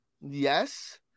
Yes